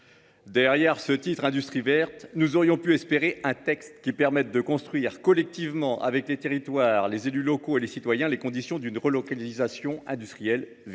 derrière les mots « industrie verte », nous aurions pu espérer un texte permettant de construire, collectivement, avec les territoires, les élus locaux et les citoyens, les conditions d’une relocalisation industrielle vertueuse.